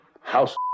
house